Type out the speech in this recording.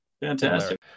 Fantastic